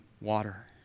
water